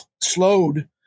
slowed